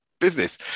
business